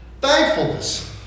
Thankfulness